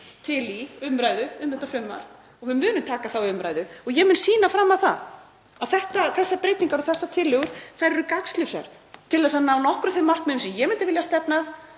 til í umræðu um þetta frumvarp og við munum taka þá umræðu. Ég mun sýna fram á það að þessar breytingar og tillögur eru gagnslausar í því að ná nokkrum þeim markmiðum sem ég myndi vilja stefna